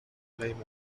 flame